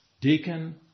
Deacon